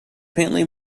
faintly